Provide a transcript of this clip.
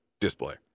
display